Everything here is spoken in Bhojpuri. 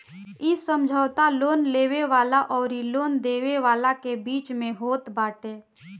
इ समझौता लोन लेवे वाला अउरी लोन देवे वाला के बीच में होत बाटे